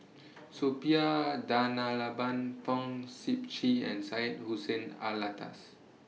Suppiah Fong Sip Chee and Syed Hussein Alatas